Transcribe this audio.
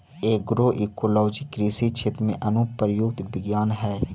agroecology कृषि क्षेत्र में अनुप्रयुक्त विज्ञान हइ